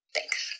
Thanks